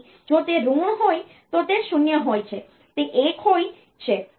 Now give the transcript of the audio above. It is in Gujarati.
તેથી જો તે ઋણ હોય તો તે 0 હોય છે તે 1 હોય છે